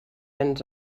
ens